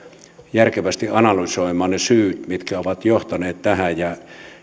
järkevästi analysoimaan ne syyt mitkä ovat johtaneet tähän